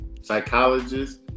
psychologist